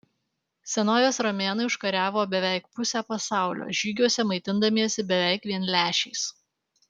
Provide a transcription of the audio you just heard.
senovės romėnai užkariavo beveik pusę pasaulio žygiuose maitindamiesi beveik vien lęšiais